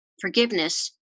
forgiveness